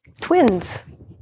twins